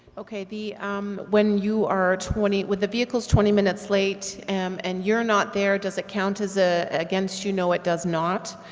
ok. the when you are twenty, with the vehicles twenty minutes late and you're not there, does it count as ah against you? no, it does not.